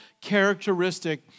characteristic